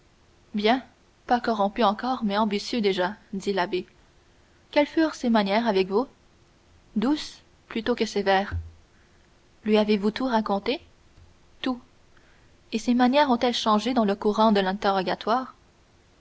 bien pas corrompu encore mais ambitieux déjà dit l'abbé quelles furent ses manières avec vous douces plutôt que sévères lui avez-vous tout raconté tout et ses manières ont-elles changé dans le courant de l'interrogatoire